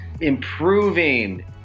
improving